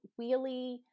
wheelie